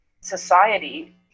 society